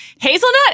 hazelnut